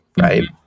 Right